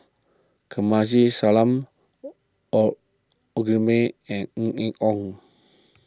Kamsari Salam May and Ng Eng